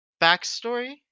backstory